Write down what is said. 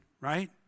right